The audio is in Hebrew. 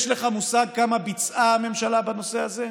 יש לך מושג כמה ביצעה הממשלה בנושא הזה,